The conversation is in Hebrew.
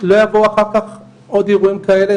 לא יבואו אחר כך עוד אירועים כאלה,